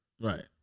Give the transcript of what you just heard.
Right